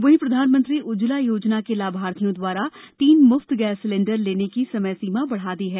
वहीं प्रधानमंत्री उज्ज्वला योजना के लाभार्थियों द्वारा तीन मुफ्त गैस सिलेंडर लेने की समय सीमा बढ़ा दी है